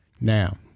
Now